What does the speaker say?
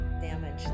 damage